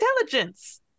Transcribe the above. Intelligence